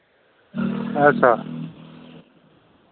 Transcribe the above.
अच्छा